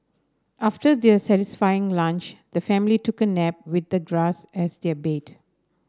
after their satisfying lunch the family took a nap with the grass as their bed